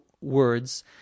words